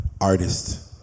artist